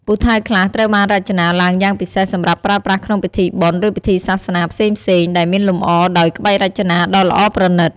ពូថៅខ្លះត្រូវបានរចនាឡើងយ៉ាងពិសេសសម្រាប់ប្រើប្រាស់ក្នុងពិធីបុណ្យ ឬពិធីសាសនាផ្សេងៗ ដែលមានលម្អដោយក្បាច់រចនាដ៏ល្អប្រណិត។